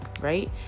right